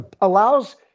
allows